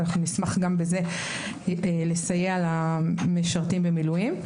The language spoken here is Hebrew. ונשמח גם בזה לסייע למשרתים במילואים.